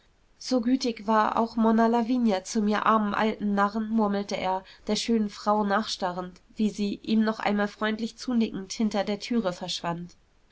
so gütig war auch monna lavinia zu mir armen alten narren murmelte er der schönen frau nachstarrend wie sie ihm noch einmal freundlich zunickend hinter der türe verschwand